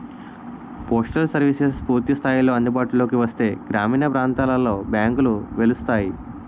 postal services పూర్తి స్థాయిలో అందుబాటులోకి వస్తే గ్రామీణ ప్రాంతాలలో బ్యాంకులు వెలుస్తాయి